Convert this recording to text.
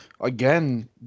again